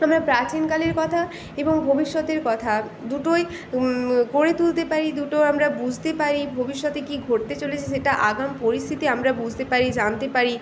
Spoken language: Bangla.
তবে প্রাচীনকালের কথা এবং ভবিষ্যতের কথা দুটোই গড়ে তুলতে পারি দুটো আমরা বুঝতে পারি ভবিষ্যতে কী ঘটতে চলেছে সেটা আগাম পরিস্থিতি আমরা বুঝতে পারি জানতে পারি